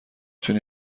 تونی